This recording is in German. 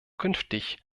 künftig